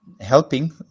helping